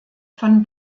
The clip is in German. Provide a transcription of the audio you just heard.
von